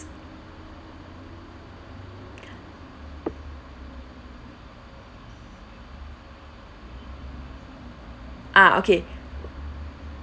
ah okay